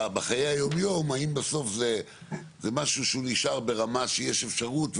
בחיי היום-יום האם בסוף זה משהו דהוא נשאר ברמה שיש אפשרות,